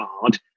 card